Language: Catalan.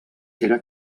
era